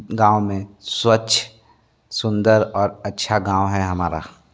गाँव में स्वच्छ सुंदर और अच्छा गाँव है हमारा